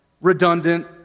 redundant